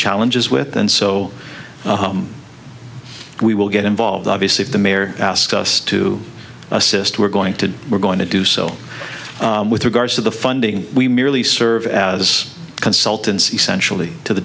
challenges with and so we will get involved obviously if the mayor asked us to assist we're going to we're going to do so with regards to the funding we merely serve as consultants essentially to the